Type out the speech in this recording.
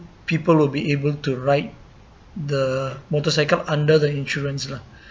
people will be able to ride the motorcycle under the insurance lah